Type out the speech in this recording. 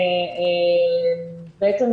בעצם,